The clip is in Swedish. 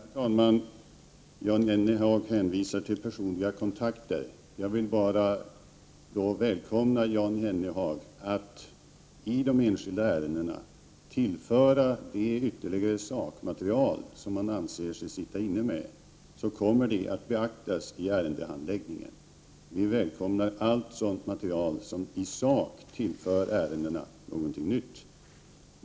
Herr talman! Jan Jennehag hänvisar till personliga kontakter. Jag vill välkomna Jan Jennehag att i de enskilda ärendena lämna det ytterligare sakmaterial som han anser sig sitta inne med. Det kommer att beaktas i ärendehandläggningen. Vi välkomnar allt material som i sak tillför ärendena någonting nytt.